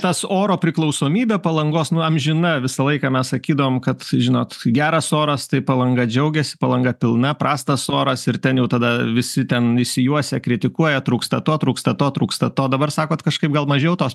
tas oro priklausomybė palangos nu amžina visą laiką mes sakydavom kad žinot geras oras tai palanga džiaugiasi palanga pilna prastas oras ir ten jau tada visi ten išsijuosę kritikuoja trūksta to trūksta to trūksta to dabar sakot kažkaip gal mažiau tos